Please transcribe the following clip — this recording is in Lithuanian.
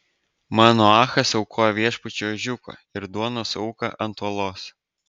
manoachas aukojo viešpačiui ožiuką ir duonos auką ant uolos